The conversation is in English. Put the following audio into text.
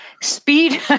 speed